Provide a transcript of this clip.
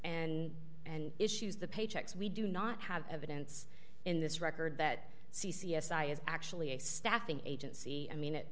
and and issues the pay checks we do not have evidence in this record that c s i is actually a staffing agency i mean it